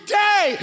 day